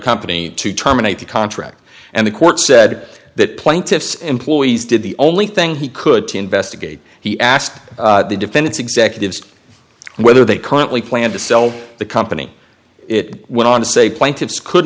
company to terminate the contract and the court said that plaintiff's employees did the only thing he could to investigate he asked the defense executives whether they currently plan to sell the company it went on to say plaintiffs could